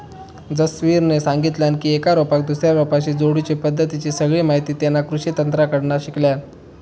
जसवीरने सांगितल्यान की एका रोपाक दुसऱ्या रोपाशी जोडुची पद्धतीची सगळी माहिती तेना कृषि तज्ञांकडना शिकल्यान